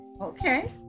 Okay